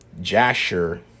Jasher